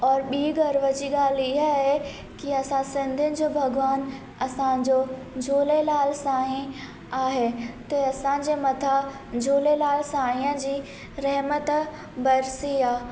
और ॿी गर्व जी ॻाल्हि इआ आहे की असां सिंधियुनि जो भॻिवानु असांजो झूलेलाल साईं आहे ते असांजे मथां झूलेलाल साईंअ जी रहिमत बरसी आहे